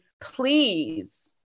please